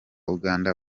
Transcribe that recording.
uganda